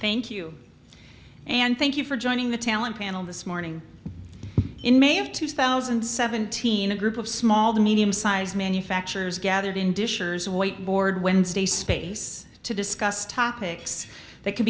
thank you and thank you for joining the talent panel this morning in may of two thousand and seventeen a group of small the medium sized manufacturers gathered in dishes whiteboard wednesday space to discuss topics that c